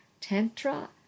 Tantra